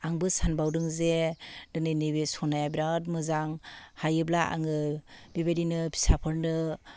आंबो सानबावदों जे नै नैबे सनाया बिराद मोजां हायोब्ला आङो बेबायदिनो फिसाफोरनो